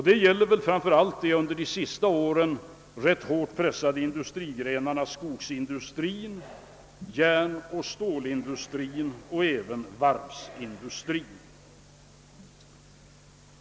Det gäller väl framför allt de under de senaste åren ganska hårt pressade industrigrenarna, skogsindustrin, järnoch stålindustrin och även varvsindustrin.